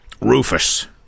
Rufus